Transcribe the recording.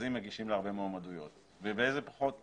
מכרזים מגישים לה הרבה מועמדויות ובאיזה פחות.